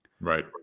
Right